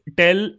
tell